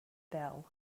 bell